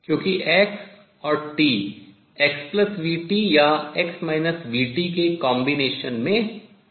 क्योंकि x और t xvt या x vt के combination संयोजन में नहीं आते हैं